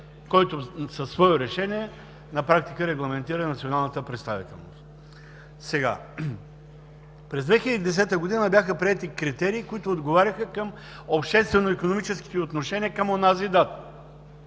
който със свое решение на практика регламентира националната представителност. През 2010 г. бяха приети критерии, които отговаряха на обществено-икономическите отношения към онази